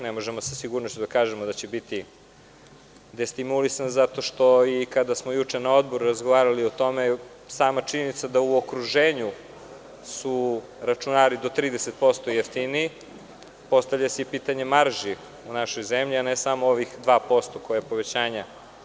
Ne možemo sa sigurnošću da kažemo da će biti destimulisan, jer, kad smo juče na odboru razgovarali o tome, zbog same činjenice da su u okruženju računari do 30% jeftiniji, postavilo se i pitanje marži u našoj zemlji, a ne samo ovih 2% povećanja.